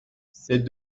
c’est